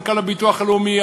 מנכ"ל הביטוח הלאומי,